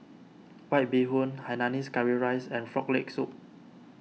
White Bee Hoon Hainanese Curry Rice and Frog Leg Soup